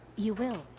you will.